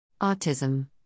Autism